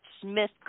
Smith